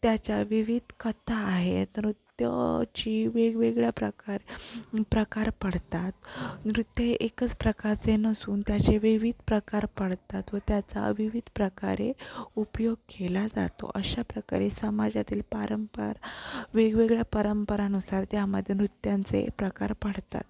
त्याच्या विविध कथा आहेत नृत्याची वेगवेगळ्या प्रकार प्रकार पडतात नृत्य एकच प्रकारचे नसून त्याचे विविध प्रकार पडतात व त्याचा विविध प्रकारे उपयोग केला जातो अशा प्रकारे समाजातील पारंपार वेगवेगळ्या परंपरानुसार त्यामध्ये नृत्यांचे प्रकार पडतात